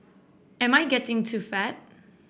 am I getting too fat